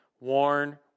warn